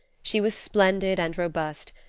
she was splendid and robust,